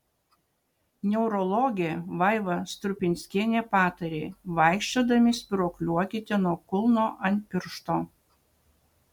neurologė vaiva strupinskienė patarė vaikščiodami spyruokliuokite nuo kulno ant piršto